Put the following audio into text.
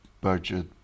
budget